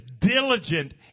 diligent